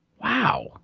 Wow